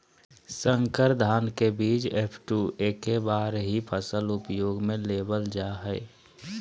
संकर धान के बीज एफ.टू एक्के बार ही फसल उपयोग में लेवल जा हइ